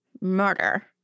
Murder